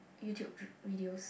YouTube vi~ videos